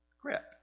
grip